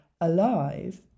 alive